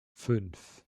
fünf